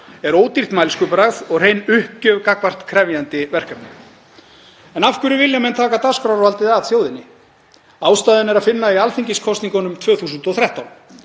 er ódýrt mælskubragð og hrein uppgjöf gagnvart krefjandi verkefnum. En af hverju vilja menn taka dagskrárvaldið af þjóðinni? Ástæðuna er að finna í alþingiskosningunum 2013.